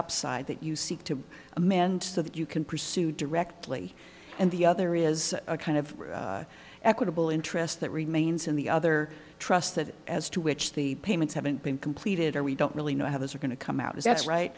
upside that you seek to amend to that you can pursue directly and the other is a kind of equitable interest that remains in the other trust that as to which the payments haven't been completed or we don't really know how those are going to come out as that's right